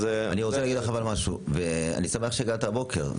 אני שמח שהגעת הבוקר.